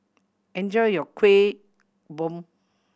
enjoy your Kueh Bom